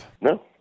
No